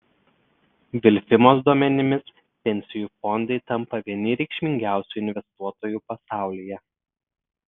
vilfimos duomenimis pensijų fondai tampa vieni reikšmingiausių investuotojų pasaulyje